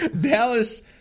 Dallas